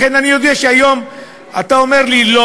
לכן אני יודע שכשהיום אתה אומר לי לא,